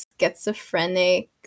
schizophrenic